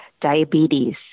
diabetes